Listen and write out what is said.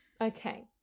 Okay